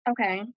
Okay